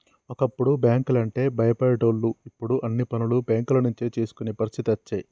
ఒకప్పుడు బ్యాంకు లంటే భయపడేటోళ్లు ఇప్పుడు అన్ని పనులు బేంకుల నుంచే చేసుకునే పరిస్థితి అచ్చే